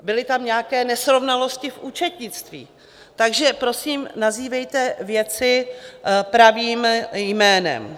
Byly tam nějaké nesrovnalosti v účetnictví, takže prosím nazývejte věci pravým jménem.